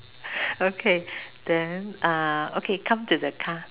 okay then uh okay come to the car